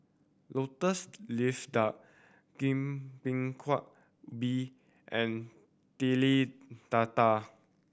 Lotus Leaf Duck bingka and Telur Dadah